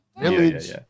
Village